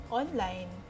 online